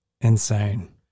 Insane